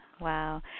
Wow